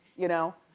you know,